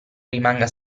rimanga